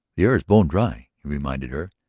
the air is bone-dry, he reminded her.